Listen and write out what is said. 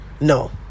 no